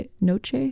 noche